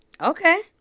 Okay